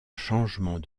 changement